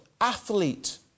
athlete